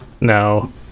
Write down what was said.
no